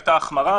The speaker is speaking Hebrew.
עצורים,